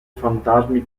fantasmi